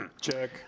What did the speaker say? Check